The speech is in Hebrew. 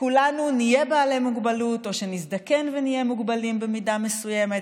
כולנו נהיה בעלי מוגבלות או שנזדקן ונהיה מוגבלים במידה מסוימת.